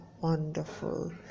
wonderful